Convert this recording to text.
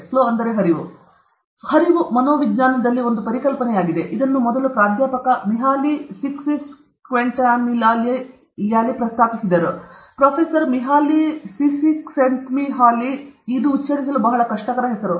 flow ಮನೋವಿಜ್ಞಾನದಲ್ಲಿ ಒಂದು ಪರಿಕಲ್ಪನೆಯಾಗಿದೆ ಇದನ್ನು ಮೊದಲು ಪ್ರಾಧ್ಯಾಪಕ ಮಿಹಾಲಿ ಸಿಕ್ಸಿಕ್ಸ್ಟೆನ್ಹಿಲ್ಯಾಲಿ ಪ್ರಸ್ತಾಪಿಸಿದರು ಪ್ರೊಫೆಸರ್ ಮಿಹಾಲಿ ಸಿಸಿಕ್ಸ್ಜೆಂಟ್ಮಿಹಾಲಿ ಉಚ್ಚರಿಸಲು ಬಹಳ ಕಷ್ಟಕರ ಹೆಸರು